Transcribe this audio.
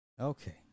okay